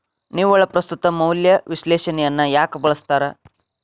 ನಿವ್ವಳ ಪ್ರಸ್ತುತ ಮೌಲ್ಯ ವಿಶ್ಲೇಷಣೆಯನ್ನ ಯಾಕ ಬಳಸ್ತಾರ